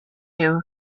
two